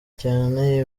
cyane